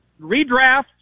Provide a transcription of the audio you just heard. redraft